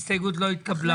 הצבעה ההסתייגות לא התקבלה.